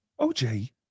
oj